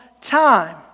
time